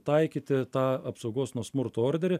taikyti tą apsaugos nuo smurto orderį